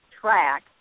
track